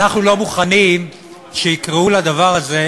אנחנו לא מוכנים שיקראו לדבר הזה,